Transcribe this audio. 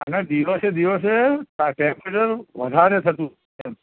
અને દિવસે દિવસે આ ટેમ્પરેચર વધારે થતું જા છે